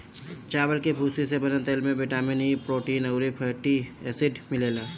चावल के भूसी से बनल तेल में बिटामिन इ, प्रोटीन अउरी फैटी एसिड मिलेला